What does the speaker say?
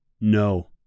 No